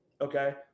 okay